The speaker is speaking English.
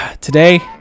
today